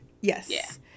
Yes